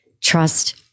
trust